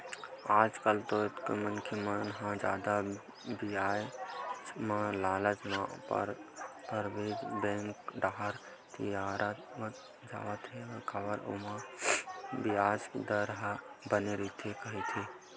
आजकल तो कतको मनखे मन ह जादा बियाज के लालच म पराइवेट बेंक डाहर तिरावत जात हे काबर के ओमा बियाज दर ह बने रहिथे कहिके